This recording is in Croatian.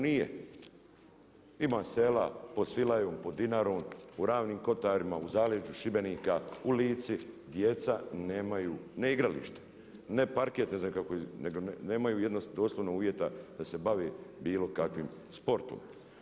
Nije, ima sela pod Svilajom, pod Dinarom, u Ravnim kotarima, u zaleđu Šibenika, u Lici djeca nemaju ne igralište, ne parket nego nemaju doslovno uvjeta da se bave bilo kakvim sportom.